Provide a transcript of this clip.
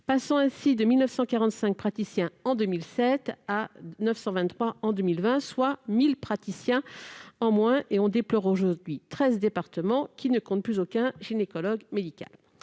passant ainsi de 1 945 praticiens en 2007 à 923 en 2020, soit 1 000 praticiens en moins. Désormais, 13 départements ne comptent plus aucun gynécologue médical.